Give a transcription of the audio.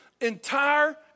entire